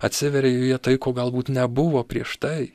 atsiveria joje tai ko galbūt nebuvo prieš tai